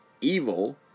evil